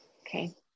Okay